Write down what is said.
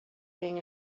being